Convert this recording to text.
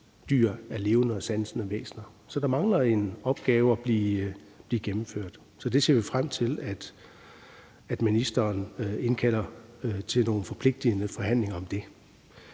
dyr er levende og sansende væsener. Så der mangler at blive gennemført en opgave. Vi ser frem til, at ministeren indkalder til nogle forpligtende forhandlinger om det.